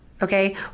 Okay